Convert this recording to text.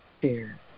fear